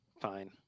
Fine